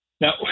Now